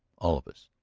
all of us.